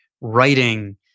writing